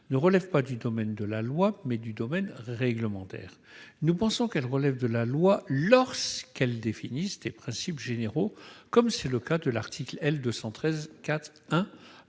relèvent non du domaine de la loi, mais de celui du règlement. Nous pensons qu'elles relèvent de la loi lorsqu'elles définissent des principes généraux, comme c'est le cas à l'article L. 213-4-1